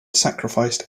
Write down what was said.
sacrificed